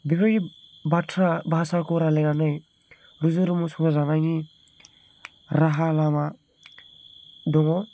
बेफोरबायदि बाथ्रा भासाखौ रायज्लायनानै रुजु रुमु संसार जानायनि राहा लामा दङ